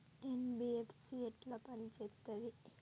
NBFC ఎట్ల పని చేత్తది?